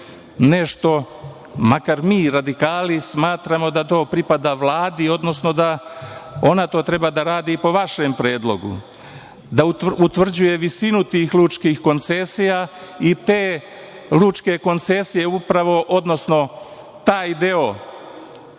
nešto, makar mi, radikali, smatramo da to pripada Vladi, odnosno da ona to treba da radi po vašem predlogu, da utvrđuje visinu tih lučkih koncesija i te lučke koncesije upravo, odnosno taj deo